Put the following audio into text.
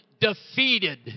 defeated